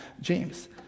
James